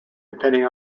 depending